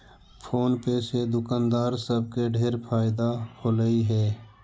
phone पे से दुकानदार सब के ढेर फएदा होलई हे